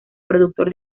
productor